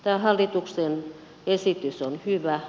tämä hallituksen esitys on hyvä